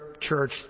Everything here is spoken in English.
Church